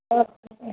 औ औ